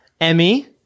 emmy